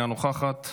אינה נוכחת,